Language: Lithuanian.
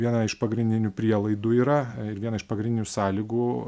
viena iš pagrindinių prielaidų yra ir viena iš pagrindinių sąlygų